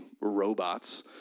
robots